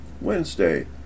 Wednesday